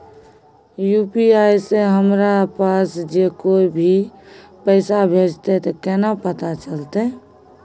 UPI से हमरा पास जे कोय भी पैसा भेजतय केना पता चलते?